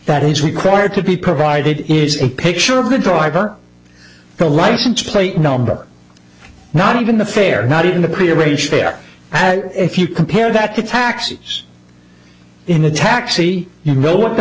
that is required to be provided is a picture of the driver the license plate number not even the fare not even a prearranged fare if you compare that to taxis in a taxi you know what the